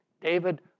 David